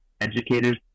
educators